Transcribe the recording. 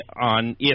on